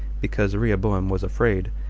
because rehoboam was afraid,